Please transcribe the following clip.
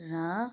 र